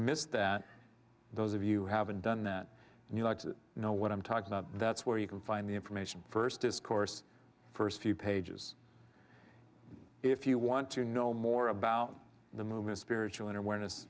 missed that those of you haven't done that and you like to know what i'm talking about that's where you can find the information first discourse first few pages if you want to know more about the movement spiritual in awareness